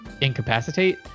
incapacitate